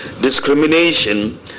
discrimination